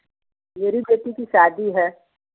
मेरी बेटी की शादी है